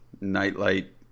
nightlight